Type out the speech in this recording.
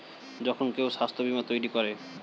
যখন কেউ স্বাস্থ্য বীমা তৈরী করে